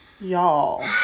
Y'all